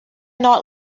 not